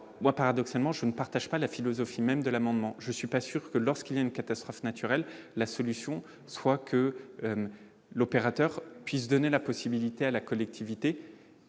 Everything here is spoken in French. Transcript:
Toutefois, je ne souscris pas à la philosophie de cet amendement. Je ne suis pas sûr que, lorsqu'il y a une catastrophe naturelle, la solution soit que l'opérateur puisse donner la possibilité à la collectivité